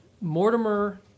Mortimer